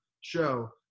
show